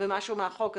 במשהו מהחוק הזה?